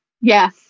Yes